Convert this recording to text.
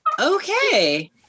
okay